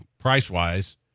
price-wise